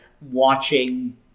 watching